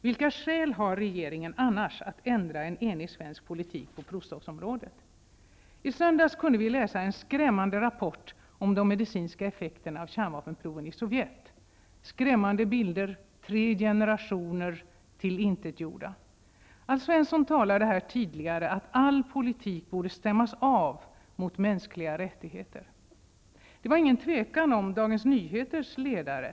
Vilka skäl har regeringen annars att ändra en enig svensk politik på provstoppsområdet? I söndags kunde vi läsa en skrämmande rapport om de medicinska effekterna av kärnvapenproven i Sovjet. Det var skrämmande bilder av tre generationer som blivit tillintetgjorda. Alf Svensson sade här tidigare att all politik borde stämmas av mot mänskliga rättigheter. Det fanns ingen osäkerhet i Dagens Nyheters ledare.